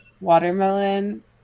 watermelon